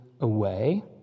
away